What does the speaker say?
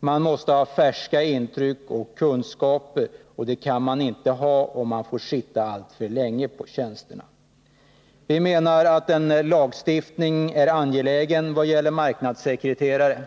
Man måste ha färska intryck och kunskaper, och det kan man inte ha om man får sitta alltför länge på en sådan tjänst. Vi menar att en lagstiftning är angelägen i vad gäller marknadssekreterare.